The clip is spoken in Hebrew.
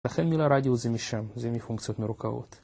לכן מילה רדיוס זה מי שם, זה מי פונקציות מרוכבות